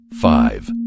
five